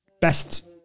best